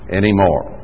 anymore